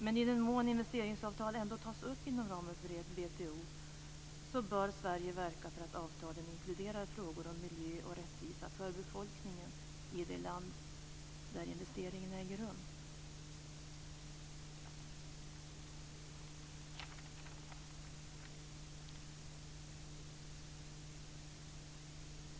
Men i den mån investeringsavtal ändå tas upp inom WTO bör Sverige verka för att avtalen inkluderar frågor om miljö och rättvisa för befolkningen i det land investeringen äger rum.